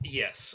yes